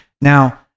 Now